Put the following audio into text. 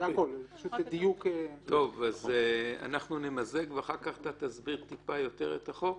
אנחנו נמזג ואחר כך אתה תסביר את החוק,